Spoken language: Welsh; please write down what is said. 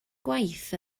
gwaith